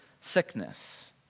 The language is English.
sickness